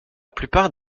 plupart